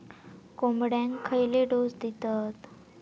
कोंबड्यांक खयले डोस दितत?